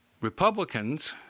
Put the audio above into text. Republicans